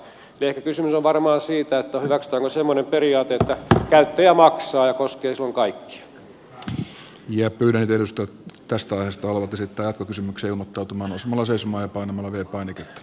ehkä kysymys on varmaan siitä hyväksytäänkö semmoinen periaate että käyttäjä maksaa ja köydenvedosta tästä ajasta ovat esittää kysymyksen muotoutumaan osmoses se koskee silloin kaikkia